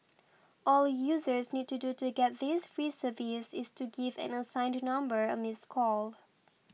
all users need to do to get this free service is to give an assigned number a missed call